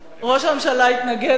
ראש הממשלה התנגד היום,